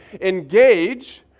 engage